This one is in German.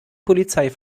polizei